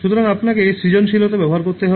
সুতরাং আপনাকে সৃজনশীলতা ব্যবহার করতে হবে